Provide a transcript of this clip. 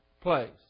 place